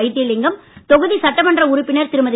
வைத்திலிங்கம் தொகுதி சட்டமன்ற உறுப்பினர் திருமதி